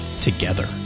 together